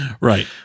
right